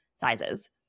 sizes